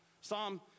Psalm